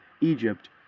Egypt